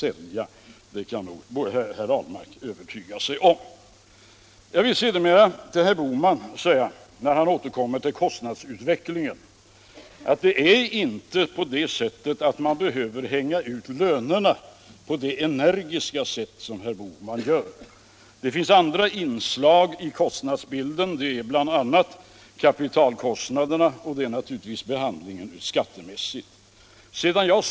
Detta borde herr Ahlmark övertyga sig om. Jag vill sedan till herr Bohman, när han återkommer till kostnadsutvecklingen, säga att man inte behöver hänga ut lönerna på det energiska sätt som herr Bohman gör. Det finns nämligen också andra inslag i kostnadsbilden: det är bl.a. kapitalkostnaderna och det är naturligtvis också den skattemässiga behandlingen.